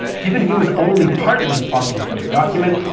given he was only partly responsible for the document,